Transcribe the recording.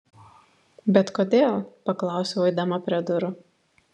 bet kodėl paklausiau eidama prie durų